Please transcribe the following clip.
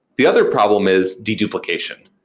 the other problem is deduplication.